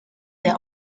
der